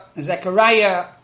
Zechariah